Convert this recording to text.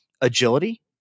Agility